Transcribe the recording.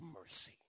mercy